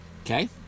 Okay